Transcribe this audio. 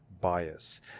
bias